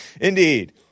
Indeed